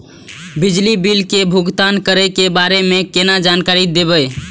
बिजली बिल के भुगतान करै के बारे में केना जानकारी देब?